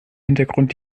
hintergrund